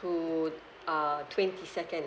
to uh twenty second